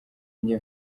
njye